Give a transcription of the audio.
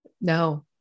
No